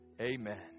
Amen